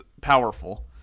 powerful